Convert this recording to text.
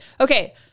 Okay